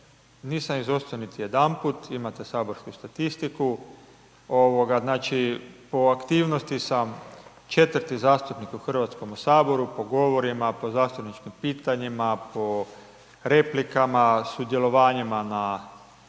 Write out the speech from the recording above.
nisam izostao niti jedanput, imate saborsku statistiku, znači, po aktivnosti sam četvrti zastupnik u HS, po govorima, po zastupničkim pitanjima, po replikama, sudjelovanjima na